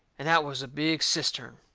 and that was a big cistern.